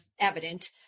evident